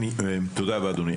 תודה רבה אדוני.